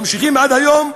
ממשיכים עד היום,